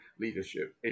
leadership